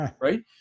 right